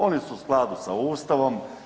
Oni su u skladu s Ustavom.